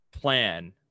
plan